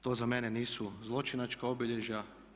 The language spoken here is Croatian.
To za mene nisu zločinačka obilježja.